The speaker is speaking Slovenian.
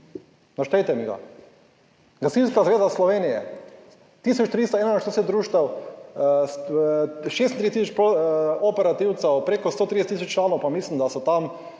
Naštejte mi ga. Gasilska zveza Slovenije 1341 društev 36 tisoč operativcev, preko 130 tisoč članov, pa mislim, da so tam